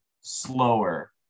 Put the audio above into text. slower